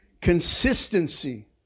consistency